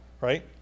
right